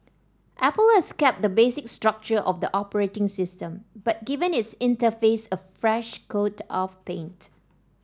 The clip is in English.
apple has kept the basic structure of the operating system but given its interface a fresh coat of paint